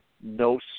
no